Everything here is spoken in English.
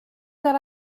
that